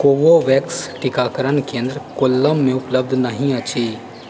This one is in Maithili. कोवोवेक्स टीकाकरण केंद्र कोल्लम मे उपलब्ध नहि अछि